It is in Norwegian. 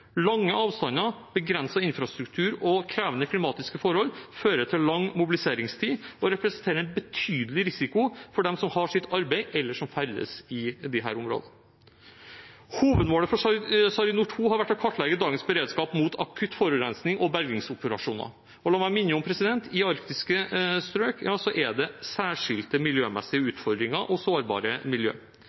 Lange avstander, begrenset infrastruktur og krevende klimatiske forhold fører til lang mobiliseringstid og representerer en betydelig risiko for dem som har sitt arbeid eller ferdes i disse områdene. Hovedmålet for SARiNOR2 har vært å kartlegge dagens beredskap mot akutt forurensning og bergingsoperasjoner. La meg minne om at det i arktiske strøk er særskilte miljømessige utfordringer og sårbare miljø.